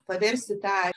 paversti tą